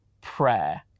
Prayer